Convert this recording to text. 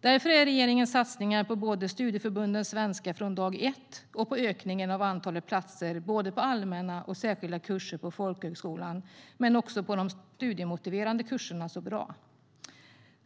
Därför är regeringens satsningar både på studieförbundens svenska från dag ett och på ökningen av antalet platser på allmänna och särskilda kurser på folkhögskolan men också på de studiemotiverande kurserna så bra.